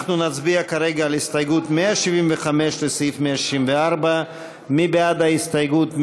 אנחנו נצביע כרגע על הסתייגות 175 לסעיף 164. מי בעד ההסתייגות?